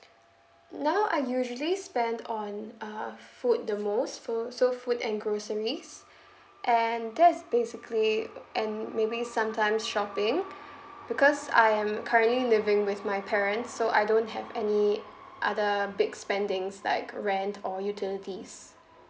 now I usually spend on uh food the most for so food and groceries and that's basically and maybe sometime shopping because I am currently living with my parents so I don't have any other big spendings like rent or utilities